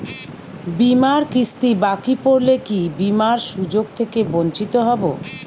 বিমার কিস্তি বাকি পড়লে কি বিমার সুযোগ থেকে বঞ্চিত হবো?